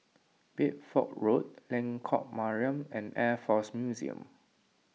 Bedford Road Lengkok Mariam and Air force Museum